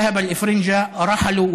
הצלבנים הלכו,